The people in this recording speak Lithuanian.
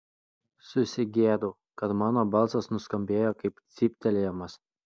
susigėdau kad mano balsas nuskambėjo kaip cyptelėjimas